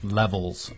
levels